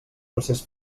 procés